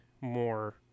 more